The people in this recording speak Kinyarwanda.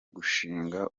gushinga